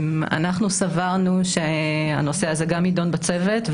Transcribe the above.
אנחנו סברנו שהנושא הזה גם יידון בצוות,